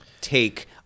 take